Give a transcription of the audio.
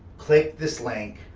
click this link,